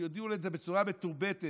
שיודיעו לו את זה בצורה מתורבתת,